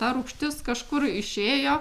ta rūgštis kažkur išėjo